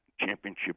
championship